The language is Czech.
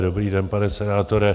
Dobrý den, pane senátore.